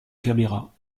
caméras